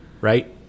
right